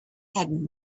had